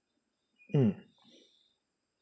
mm